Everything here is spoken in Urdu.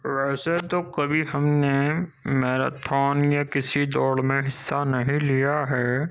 ویسے تو کبھی ہم نے میراتھون یا کسی دوڑ میں حصہ نہیں لیا ہے